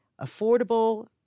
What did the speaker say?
affordable